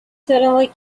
suddenly